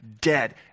dead